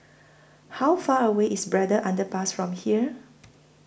How Far away IS Braddell Underpass from here